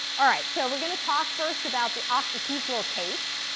all right, so we're going to talk first about the octahedral case.